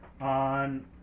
on